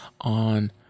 on